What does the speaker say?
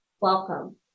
Welcome